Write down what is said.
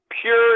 Pure